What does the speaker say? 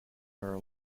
are